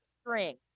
string